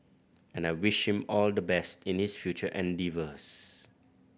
and I wish him all the best in his future endeavours